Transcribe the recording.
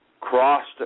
crossed